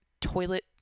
toilet